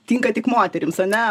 tinka tik moterims ane